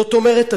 זאת אומרת,